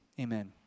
amen